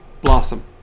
blossom